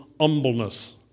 humbleness